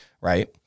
right